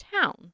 town